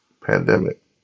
pandemic